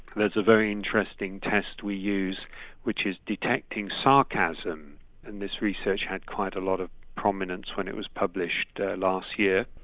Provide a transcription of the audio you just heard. there's a very interesting test we use which is detecting sarcasm and this research had quite a lot of prominence when it was published last year.